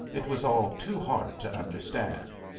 it was all too hard to understand.